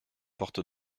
porte